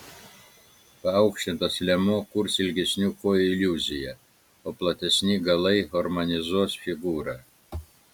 paaukštintas liemuo kurs ilgesnių kojų iliuziją o platesni galai harmonizuos figūrą